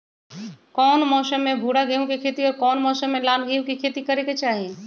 कौन मौसम में भूरा गेहूं के खेती और कौन मौसम मे लाल गेंहू के खेती करे के चाहि?